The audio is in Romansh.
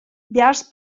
biars